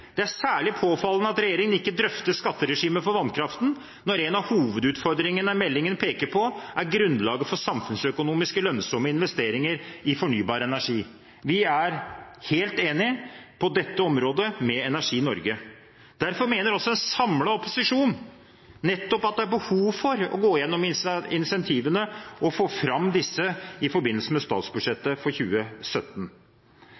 er særlig påfallende at regjeringen ikke drøfter skatteregimet for vannkraften når en av hovedutfordringene meldingen peker på er grunnlaget for samfunnsøkonomiske lønnsomme investeringer i fornybar energi.» Vi er helt enig på dette området med Energi Norge. Derfor mener en samlet opposisjon at det er behov for å gå gjennom insentivene og få fram disse i forbindelse med